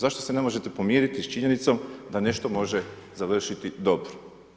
Zašto se ne možete pomiriti s činjenicom, da nešto može završiti dobro.